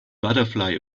butterfly